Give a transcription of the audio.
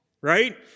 right